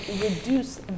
reduce